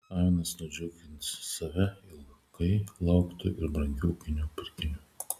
avinas nudžiugins save ilgai lauktu ir brangiu ūkiniu pirkiniu